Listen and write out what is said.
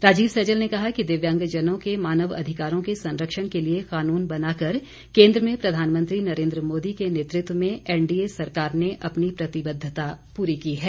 राजीव सैजल ने कहा कि दिव्यांगजनों के मानव अधिकारों के संरक्षण के लिए कानून बनाकर केंद्र में प्रधानमंत्री नरेन्द्र मोदी के नेतृत्व में एनडीए सरकार ने अपनी प्रतिबद्धता पूरी की है